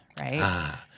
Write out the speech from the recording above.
right